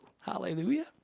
Hallelujah